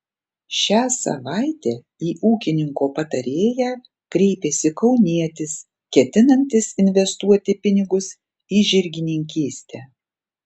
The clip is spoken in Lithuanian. šią savaitę į ūkininko patarėją kreipėsi kaunietis ketinantis investuoti pinigus į žirgininkystę